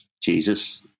Jesus